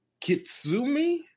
kitsumi